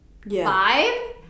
vibe